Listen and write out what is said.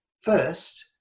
first